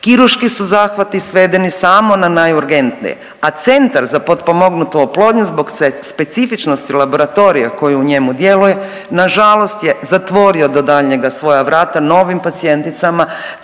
Kirurški su zahvati svedeni samo na najurgentnije, a Centar za potpomognutu oplodnju zbog specifičnosti laboratorija koji u njemu djeluje na žalost je zatvorio do daljnjega svoja vrata novim pacijenticama,